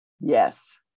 Yes